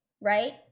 right